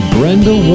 Brenda